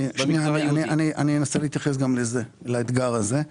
אני אנסה להתייחס גם לזה, לאתגר הזה.